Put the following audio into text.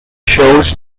shows